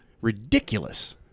ridiculous